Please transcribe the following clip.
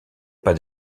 pas